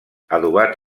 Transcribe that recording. adobat